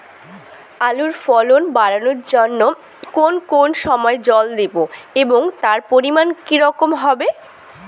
আলুর ফলন বাড়ানোর জন্য কোন কোন সময় জল দেব এবং তার পরিমান কি রকম হবে?